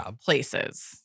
places